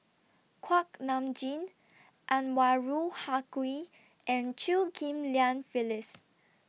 Kuak Nam Jin Anwarul Haque and Chew Ghim Lian Phyllis